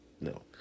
No